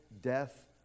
death